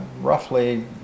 roughly